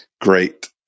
great